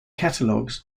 catalogues